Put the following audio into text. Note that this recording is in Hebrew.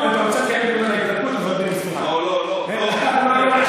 אתה רוצה לדבר רגע על ההתנתקות, לא, לא, לא עכשיו,